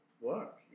work